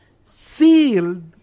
sealed